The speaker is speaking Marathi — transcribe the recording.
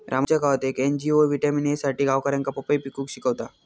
रामूच्या गावात येक एन.जी.ओ व्हिटॅमिन ए साठी गावकऱ्यांका पपई पिकवूक शिकवता